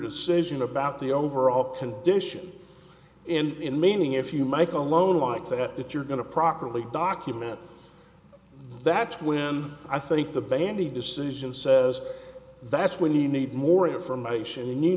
decision about the overall condition and meaning if you make a loan like that that you're going to properly document that's when i think the bandy decision says that's when you need more information